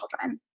children